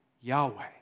Yahweh